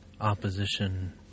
opposition